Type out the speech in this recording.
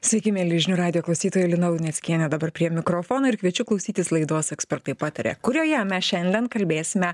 sveiki mieli žinių radijo klausytoja lina luneckienė dabar prie mikrofono ir kviečiu klausytis laidos ekspertai pataria kurioje mes šiandien kalbėsime